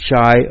shy